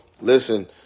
Listen